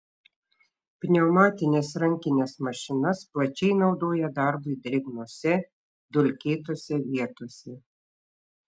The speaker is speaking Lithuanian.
pneumatines rankines mašinas plačiai naudoja darbui drėgnose dulkėtose vietose